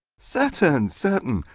certain, certain.